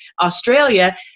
australia